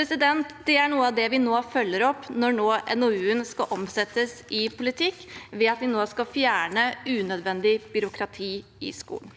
Det er noe av det vi nå følger opp når NOU-en skal omsettes i politikk, ved at vi nå skal fjerne unødvendig byråkrati i skolen.